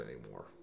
anymore